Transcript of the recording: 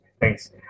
Thanks